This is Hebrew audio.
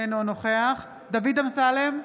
אינו נוכח דוד אמסלם,